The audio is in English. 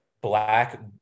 black